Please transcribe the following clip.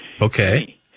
Okay